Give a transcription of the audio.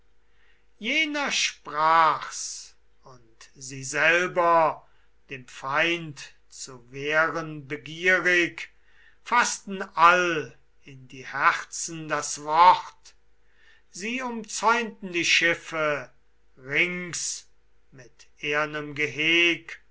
jener sprach's und sie selber dem feind zu wehren begierig faßten all in die herzen das wort sie umzäunten die schiffe rings mit ehrnem